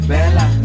Bella